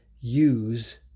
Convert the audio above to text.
use